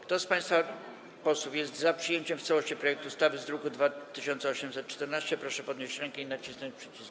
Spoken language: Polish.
Kto z państwa posłów jest za przyjęciem w całości projektu ustawy z druku nr 2814, proszę podnieść rękę i nacisnąć przycisk.